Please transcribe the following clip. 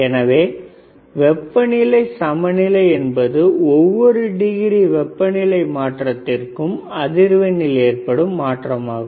எனவே வெப்பநிலை சமநிலை என்பது ஒவ்வொரு டிகிரி வெப்பநிலை மாற்றத்திற்கும் அதிர்வெண்ணில் ஏற்படும் மாற்றமே